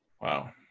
Wow